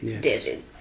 David